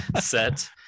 set